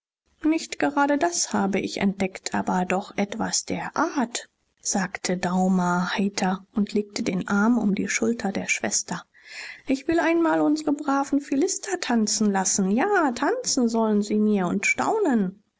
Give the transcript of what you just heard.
nicht gerade das hab ich entdeckt aber doch etwas der art sagte daumer heiter und legte den arm um die schulter der schwester ich will einmal unsre braven philister tanzen lassen ja tanzen sollen sie mir und staunen